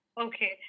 Okay